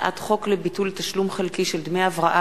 הצעת חוק לביטול תשלום חלקי של דמי הבראה